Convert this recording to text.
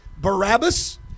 Barabbas